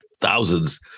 thousands